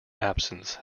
absence